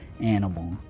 animal